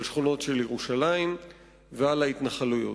בשכונות של ירושלים ובהתנחלויות.